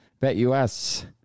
Betus